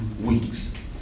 weeks